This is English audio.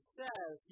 says